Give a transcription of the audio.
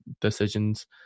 decisions